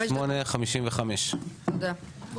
שמונה 55. תודה.